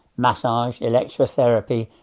massage electrotherapy,